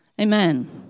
Amen